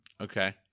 Okay